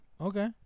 Okay